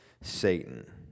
Satan